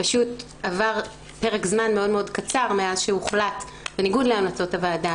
פשוט עבר פרק זמן מאוד קצר מאז שהוחלט בניגוד להמלצות הוועדה